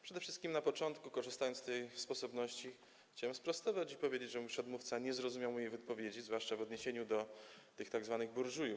Przede wszystkim na początku, korzystając z tej sposobności, chciałem sprostować i powiedzieć, że mój przedmówca nie zrozumiał mojej wypowiedzi, zwłaszcza w odniesieniu do tych tzw. burżujów.